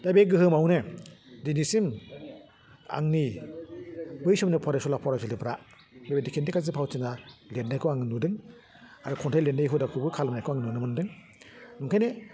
दा बे गोहोमावनो दिनैसिम आंनि बै समनि फरायसुला फरायसुलिफ्रा बेबायदि खिन्थिगासे फावथिना लिरनायखौ आं नुदों आरो खन्थाइ लिदनाय हुदाखौबो खालामनायखौ आं नुनो मोन्दों ओंखायनो